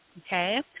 okay